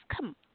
come